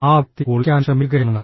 ആ വ്യക്തി ഒളിക്കാൻ ശ്രമിക്കുകയാണ്